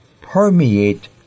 permeate